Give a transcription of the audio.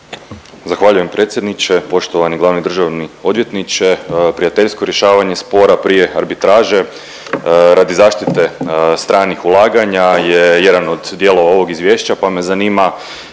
Zahvaljuje predsjedniče, poštovani glavni državni odvjetniče. Prijateljsko rješavanje spora prije arbitraže radi zaštite stranih ulaganja je jedan od dijelova ovog izvješća, pa me zanima